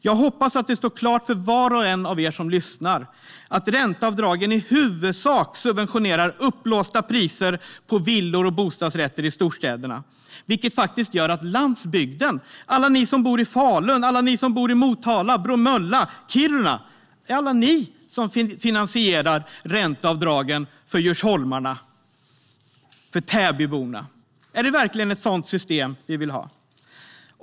Jag hoppas att det står klart för var och en av er som lyssnar att ränteavdragen i huvudsak subventionerar uppblåsta priser på villor och bostadsrätter i storstäderna, vilket faktiskt gör att det är ni på landsbygden - alla ni som bor i Falun, Motala, Bromölla och Kiruna - som finansierar ränteavdragen för djursholmarna och Täbyborna. Är det verkligen ett sådant system vi vill ha?